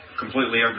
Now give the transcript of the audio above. completely